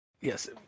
Yes